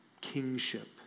kingship